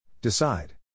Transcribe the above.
Decide